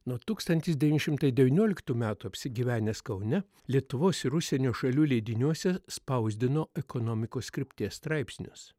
nuo tūkstantis devyni šimtai devynioliktų metų apsigyvenęs kaune lietuvos ir užsienio šalių leidiniuose spausdino ekonomikos krypties straipsnius